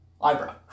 eyebrow